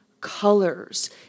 colors